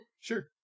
Sure